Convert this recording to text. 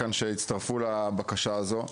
שהצטרפו אליי לבקשה הזו.